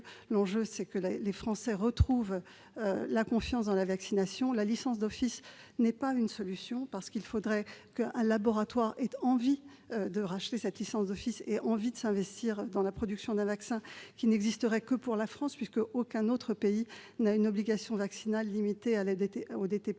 L'enjeu est que les Français retrouvent confiance dans la vaccination. La licence d'office n'est pas une solution. Il faudrait qu'un laboratoire ait envie de racheter cette licence d'office et d'investir dans la production d'un vaccin qui n'existerait que pour la France, aucun autre pays ne connaissant d'obligation vaccinale limitée au